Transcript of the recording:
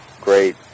great